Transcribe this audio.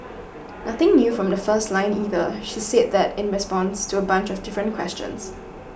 nothing new from the first line either she's said that in response to a bunch of different questions